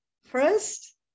first